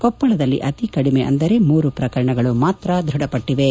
ಕೊಪ್ಪಳದಲ್ಲಿ ಅತೀ ಕಡಿಮೆ ಮೂರು ಪ್ರಕರಣಗಳು ಮಾತ್ರ ದೃಢಪಟ್ಟಿವೆ